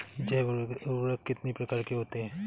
जैव उर्वरक कितनी प्रकार के होते हैं?